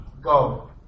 Go